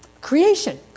creation